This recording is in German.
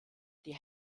die